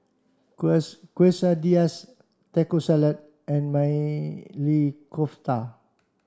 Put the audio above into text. Quesadillas Taco Salad and Maili Kofta